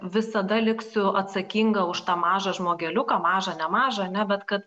visada liksiu atsakinga už tą mažą žmogeliuką mažą nemažą ane bet kad